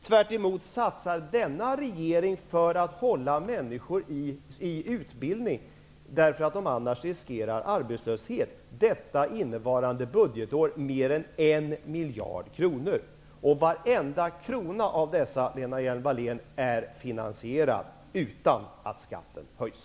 Tvärtom satsar denna regering på att hålla de människor i utbildning som annars riskerar att bli arbetslösa. Under innevarande budgetår satsas mer än 1 miljard kronor på detta, varav varenda krona är finansierad utan att skatten höjs.